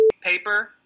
paper